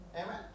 Amen